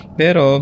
pero